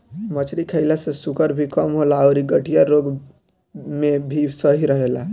मछरी खईला से शुगर भी कम होला अउरी गठिया रोग में भी सही रहेला